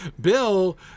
Bill